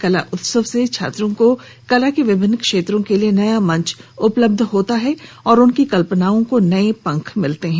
कला उत्सव से छात्रों को कला के विभिन्न क्षेत्रों के लिए एक नया मंच उपलब्ध होता है और उनकी कल्पनाओं को नए पंख मिलते हैं